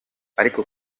ariko